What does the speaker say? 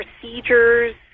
procedures